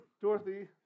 Dorothy